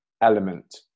element